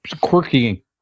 quirky